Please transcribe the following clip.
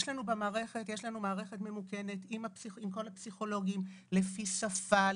יש מערכת ממוכנת עם כל הפסיכולוגים לפי שפה,